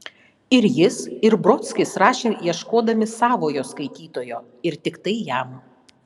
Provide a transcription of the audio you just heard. ir jis ir brodskis rašė ieškodami savojo skaitytojo ir tiktai jam